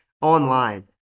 online